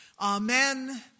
Amen